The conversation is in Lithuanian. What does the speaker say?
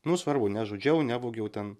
nu svarbu nežudžiau nevogiau ten